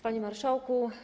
Panie Marszałku!